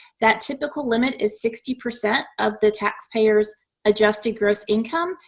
that typical limit is sixty percent of the taxpayer's adjusted gross income.